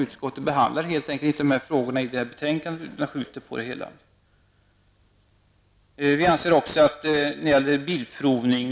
Utskottet behandlar helt enkelt inte dessa frågor i betänkandet, utan skjuter på det hela. När det gäller bilprovning